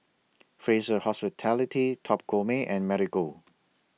Fraser Hospitality Top Gourmet and Marigold